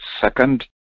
second